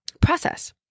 process